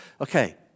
Okay